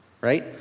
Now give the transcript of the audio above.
right